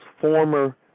former